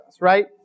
right